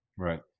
Right